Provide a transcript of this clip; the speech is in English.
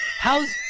How's